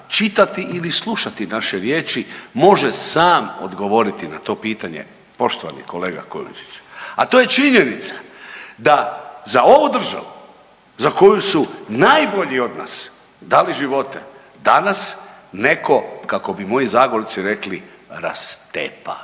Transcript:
čitati ili slušati naše riječi može sam odgovoriti na to pitanje poštovani kolega Kujundžić, a to je činjenica da za ovu državu za koju su najbolji od nas dali živote, danas netko kako bi moji Zagorci rekli rastepa.